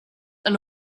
and